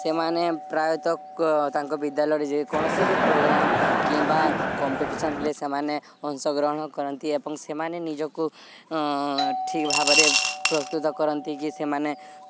ସେମାନେ ପ୍ରାୟତଃ ତାଙ୍କ ବିଦ୍ୟାଳୟରେ ଯେକୌଣସି ବି ପ୍ରୋଗ୍ରାମ୍ କିମ୍ବା କମ୍ପିଟିସନ୍ ହେଲେ ସେମାନେ ଅଂଶଗ୍ରହଣ କରନ୍ତି ଏବଂ ସେମାନେ ନିଜକୁ ଠିକ୍ ଭାବରେ ପ୍ରସ୍ତୁତ କରନ୍ତି କି ସେମାନେ